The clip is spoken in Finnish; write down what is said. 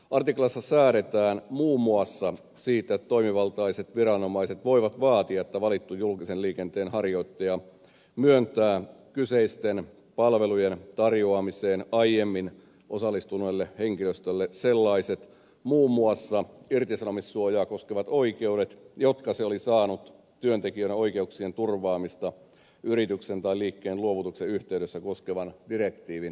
artiklassa säädetään muun muassa siitä että toimivaltaiset viranomaiset voivat vaatia että valittu julkisen liikenteen harjoittaja myöntää kyseisten palvelujen tarjoamiseen aiemmin osallistuneelle henkilöstölle sellaiset muun muassa irtisanomissuojaa koskevat oikeudet jotka se oli saanut työntekijän oikeuksien turvaamista yrityksen tai liikkeen luovutusta koskevan direktiivin perusteella